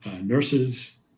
nurses